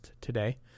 today